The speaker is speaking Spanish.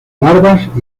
larvas